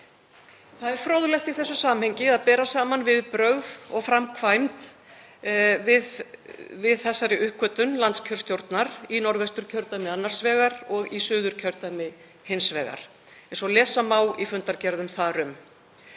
Það er fróðlegt í þessu samhengi að bera saman viðbrögð og framkvæmd við þessari uppgötvun landskjörstjórnar í Norðvesturkjördæmi annars vegar og í Suðurkjördæmi hins vegar, eins og lesa má í fundargerðum þar um.